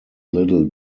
little